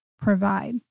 provide